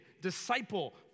disciple